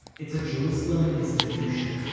it's a jerusalem institution